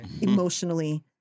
emotionally